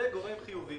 זה גורם חיובי.